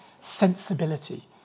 Sensibility